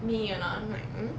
me or not I'm like mm